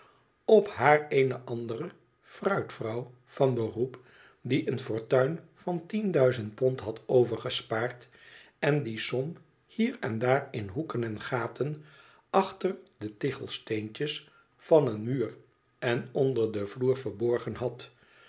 op haar eene andere fruitvrouw van beroep die een fortuin van tien duizend pond had overgespaard en die som hier en daar in hoeken en gaten achter de tichelsteentjes van een muur en onder den vloer verborgen had